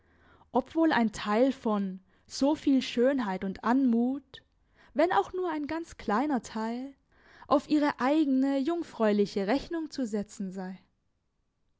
wohl ein teil von so viel schönheit und anmut wenn auch nur ein ganz kleiner teil auf ihre eigene jungfräuliche rechnung zu setzen sei